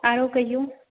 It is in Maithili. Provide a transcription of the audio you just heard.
आरो क़हियौ